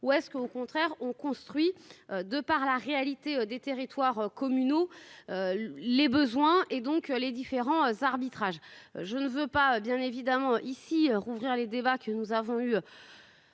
ou est-ce qu'au contraire on construit de par la réalité des territoires communaux. Les besoins et donc les différents arbitrages. Je ne veux pas bien évidemment ici rouvrir les débats que nous avons eu.